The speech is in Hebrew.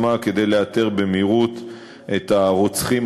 אל תדאגו, אבל אתם צריכים,